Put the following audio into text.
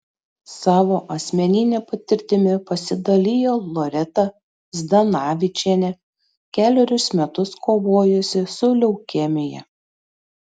savo asmenine patirtimi pasidalijo loreta zdanavičienė kelerius metus kovojusi su leukemija